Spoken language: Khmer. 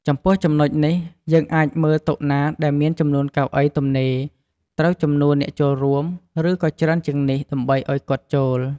ចំពោះចំណុចនេះ យើងអាចមើលតុណាដែលមានចំនួនកៅអីទំនេរត្រូវចំនួនអ្នកចូលរួម ឬក៏ច្រើនជាងនេះ ដើម្បីឲ្យគាត់ចូល។